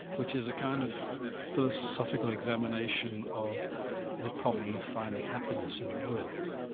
which is a kind of philosophical examination of the problem of finding happiness in the world,